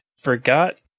forgot